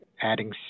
adding